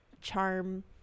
charm